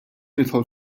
nidħol